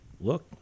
look